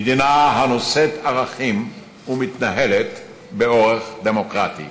מדינה הנושאת ערכים ומתנהלת באורח דמוקרטי,